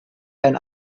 ein